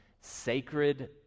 sacred